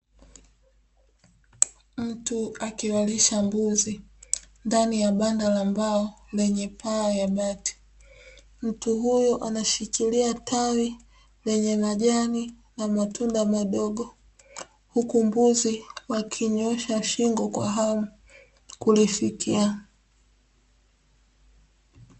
Mtu akiwalisha mbuzi ndani ya banda la mbao lenye paa ya bati, mtu huyo anashikilia tawi lenye majani na matunda madogo, huku mbuzi wakinyoosha shingo kwa hamu kulifikia.